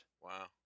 Wow